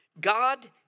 God